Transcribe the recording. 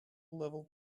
level